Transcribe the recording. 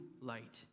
light